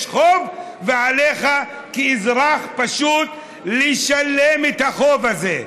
יש חוב, ועליך כאזרח פשוט לשלם את החוב הזה.